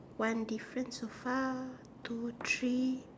one difference so far two three